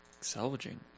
salvaging